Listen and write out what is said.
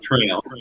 trail